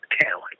talent